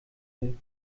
will